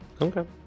Okay